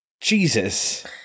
Jesus